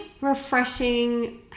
refreshing